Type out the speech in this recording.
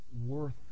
worth